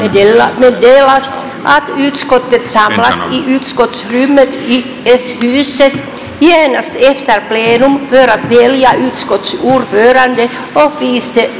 miljöutskottets medlemmar meddelas att utskottet samlas i utskottsrummet i s huset genast efter plenum för att välja utskottsordförande och vice ordförande